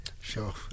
Sure